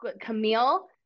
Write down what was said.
Camille